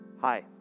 Hi